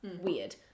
weird